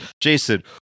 Jason